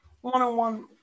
one-on-one